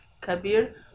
Kabir